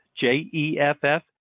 J-E-F-F